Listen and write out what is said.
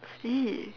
!ee!